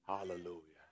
Hallelujah